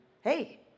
Hey